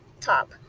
top